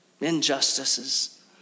injustices